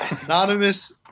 Anonymous